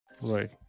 Right